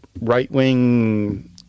right-wing